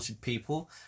people